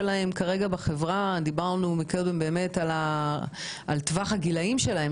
בחברה -- דיברנו קודם על טווח הגילאים שלהם,